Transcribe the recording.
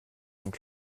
einen